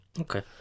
Okay